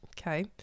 okay